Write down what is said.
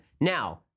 Now